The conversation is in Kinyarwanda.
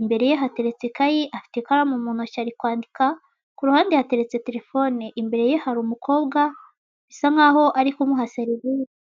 imbere ye hateretse ikayi afite ikaramu mu ntoki ari kwandika ku ruhande hateretse telefone mbere ye hari umukobwa bisa nk'aho ari kumuha serivise.